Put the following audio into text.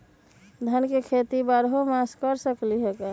धान के खेती बारहों मास कर सकीले का?